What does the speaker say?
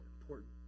important